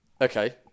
Okay